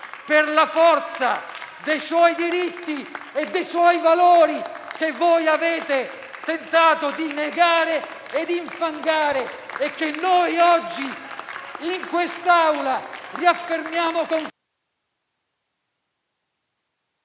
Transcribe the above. per la forza dei suoi diritti e dei suoi valori, che voi avete tentato di negare e di infangare e che noi oggi in quest'Aula riaffermiamo.